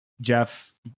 Jeff